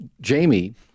Jamie